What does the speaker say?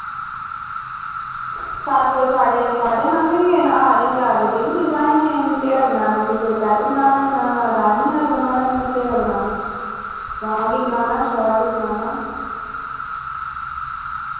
सारे कोल साढ़े सारे नवें गै न हारें दे हारें दे बी डिजाइन हैन केह्ड़ा बनाना तुस सैट बनाना जां रानी हार बनाना जां केह्ड़ा बनाना लांग ही बनाना शार्ट ही बनाना